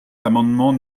l’amendement